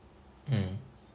mm